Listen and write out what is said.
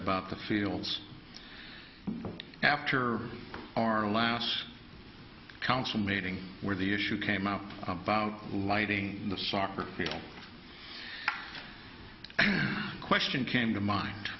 about the feels after our last council meeting where the issue came up about lighting the soccer field question came to mind